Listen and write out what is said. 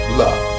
love